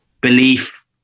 belief